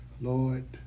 Lord